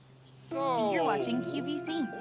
so you are watching qvc.